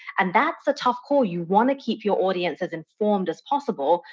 and that's the tough call. you want to keep your audience as informed as possible,